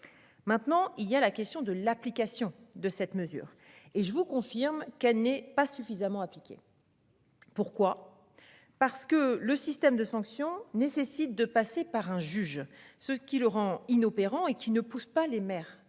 Maintenant il y a la question de l'application de cette mesure et je vous confirme qu'elle n'est pas suffisamment appliqué. Pourquoi. Parce que le système de sanctions nécessite de passer par un juge. Ce qui le rend inopérants, et qui ne pousse pas les maires